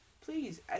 please